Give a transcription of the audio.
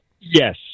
Yes